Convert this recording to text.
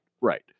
Right